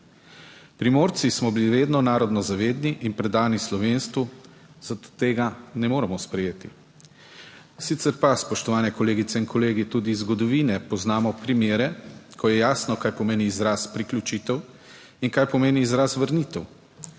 Primorci smo bili vedno narodno zavedni in predani slovenstvu, zato tega ne moremo sprejeti. Sicer pa, spoštovane kolegice in kolegi, tudi iz zgodovine poznamo primere, ko je jasno, kaj pomeni izraz priključitev in kaj pomeni izraz vrnitev.